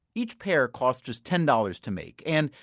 each pair cost just ten dollars to make and,